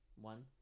one